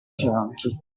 fianchi